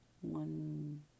one